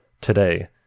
today